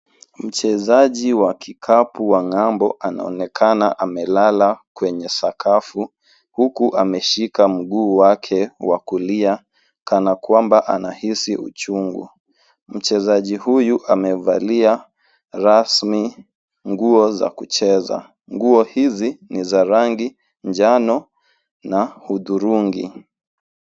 Mchezaji wa kikapu wa ngambo anaonekana amelala kwenye sakafu, huku ameshika mguu wake wa kulia kana kwamba anahisi uchungu. Mchezaji huyu amevalia rasmi nguo za kucheza. Nguo hizi ni za rangi njano na hudhurungi.